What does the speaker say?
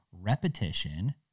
repetition